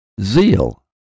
Zeal